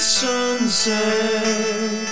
sunset